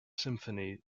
symphony